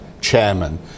chairman